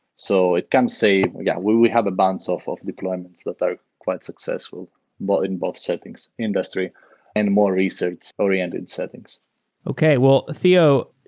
so it can say yeah, we we have a bunch sort of of deployments that the quite successful but in both settings, industry and more research-oriented settings okay. well, theo,